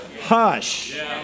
Hush